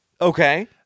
Okay